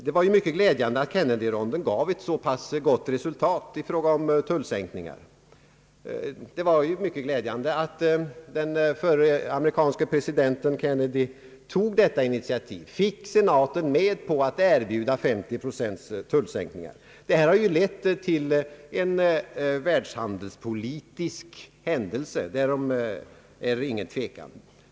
Det var mycket glädjande att Kennedyronden gav ett så pass gott resultat i fråga om tullsänkningar. Att den förre amerikanske presidenten Kennedy tog detta initiativ och fick senaten med på ait erbjuda 50 procents tullsänkning har ju lett till en världshandelspolitisk händelse, därom är ingen tvekan.